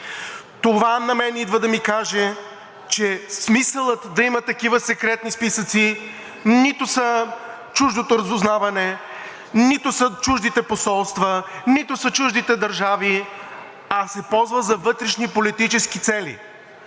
Това на мен идва да ми каже, че смисълът да има такива секретни списъци нито са чуждото разузнаване, нито са чуждите посолства, нито са чуждите държави, а се ползва за вътрешни политически цели.